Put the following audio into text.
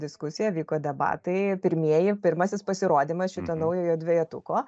diskusija vyko debatai pirmieji pirmasis pasirodymas šito naujojo dvejetuko